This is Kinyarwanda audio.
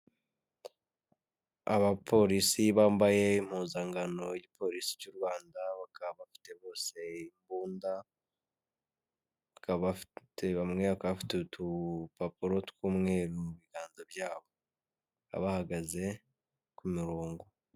Abapolisi bambaye impuzankano igipolisi cy'u Rwanda bakaba bafite bose imbundaba bamwe bafite utupapuro tw'umweru mu biganza byabo bahagaze ku murongo.